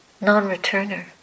non-returner